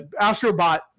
AstroBot